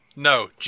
No